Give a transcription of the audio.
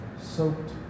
soaked